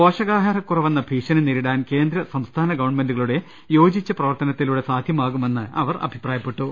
പോഷകാഹാരക്കുറവെന്ന ഭീഷണി നേരിടാൻ കേന്ദ്ര സംസ്ഥാന ഗവൺമെൻ്റുകളുടെ യോജിച്ച പ്രവർത്തനത്തലൂടെ സാധ്യമാകുമെന്ന് അവർ അഭിപ്രായപ്പെട്ടു